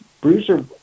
Bruiser